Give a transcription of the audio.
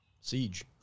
Siege